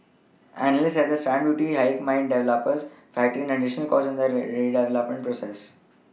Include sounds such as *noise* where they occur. analysts said the stamp duty hike meant developers factor in an additional cost in their *unintelligible* purchases